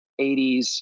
80s